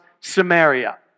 Samaria